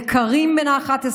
לכרים בן ה-11,